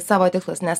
savo tikslus nes